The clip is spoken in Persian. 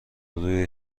روی